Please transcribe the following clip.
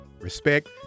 respect